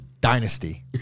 dynasty